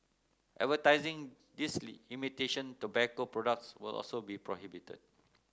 advertising these imitation tobacco products will also be prohibited